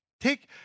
Take